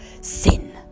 sin